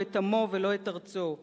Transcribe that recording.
לא את עמו ולא את ארצו,